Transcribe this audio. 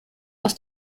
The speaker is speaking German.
aus